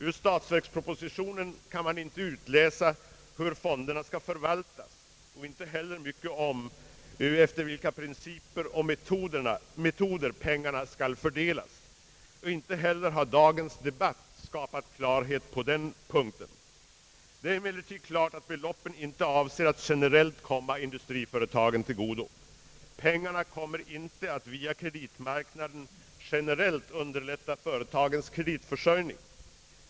Ur statsverkspropositionen kan man inte utläsa hur fonden skall förvaltas och inte heller mycket om efter vilka principer och metoder pengarna skall fördelas. Inte heller har dagens debatt skapat klarhet i den saken. Det är emellertid klart att beloppen inte är avsedda att generellt komma industriföretagen till godo. Pengarna kommer inte att via kreditmarknaden generellt underlätta företagens kreditförsörjning.